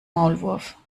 maulwurf